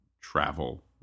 travel